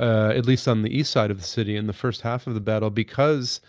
ah at least on the east side of the city in the first half of the battle, because